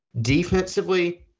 defensively